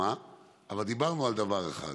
אבל דיברנו על דבר אחד.